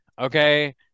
Okay